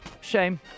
Shame